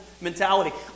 mentality